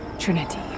Trinity